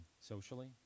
socially